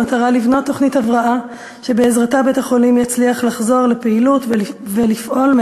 במטרה לבנות תוכנית הבראה שבעזרתה בית-החולים יצליח לחזור לפעילות ומעתה